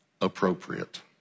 appropriate